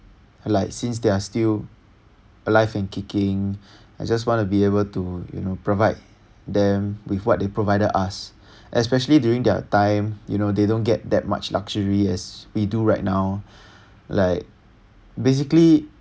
like since they are still alive and kicking I just want be able to you know provide them with what they provided us especially during their time you know they don't get that much luxury as we do right now like basically